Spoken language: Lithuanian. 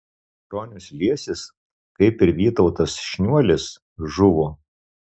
bronius liesis kaip ir vytautas šniuolis žuvo